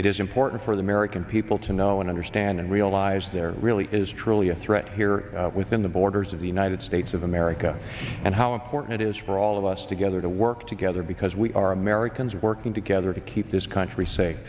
it is important for the american people to know and understand and realize there really is truly a threat here within the borders of the united states of america and how important it is for all of us together to work together because we are americans working together to keep this country say